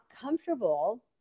comfortable